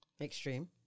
Extreme